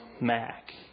Mac